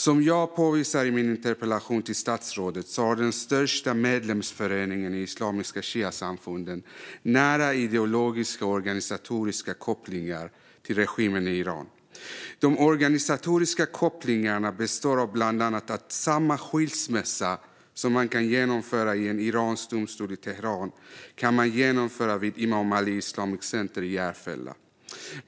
Som jag påvisade i min interpellation till statsrådet har den största medlemsföreningen i Islamiska Shiasamfunden nära ideologiska och organisatoriska kopplingar till regimen i Iran. De organisatoriska kopplingarna består bland annat av att samma skilsmässa som kan genomföras i en iransk domstol i Teheran kan genomföras vid Imam Ali Islamic Center i Järfälla.